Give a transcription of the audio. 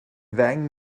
ddeng